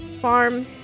farm